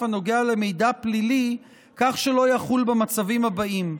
הנוגע למידע פלילי כך שלא יחול במצבים הבאים: